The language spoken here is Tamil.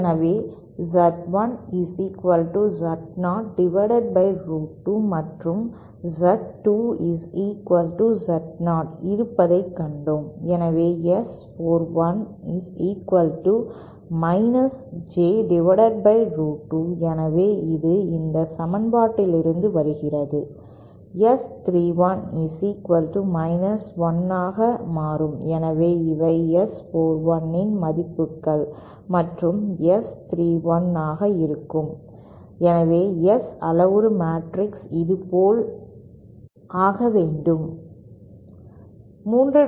எனவே Z1 Z0√2 மற்றும் Z2 Z0 இருப்பதைக் கண்டோம் எனவே S 41 J√2 எனவே இது இந்த சமன்பாட்டிலிருந்து வருகிறது S 31 1 ஆக மாறும் எனவே இவை S 41 இன் மதிப்புகள் மற்றும் S 31 ஆக இருக்கும் எனவே S அளவுரு மேட்ரிக்ஸ் இது போல் ஆக வேண்டும்